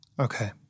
Okay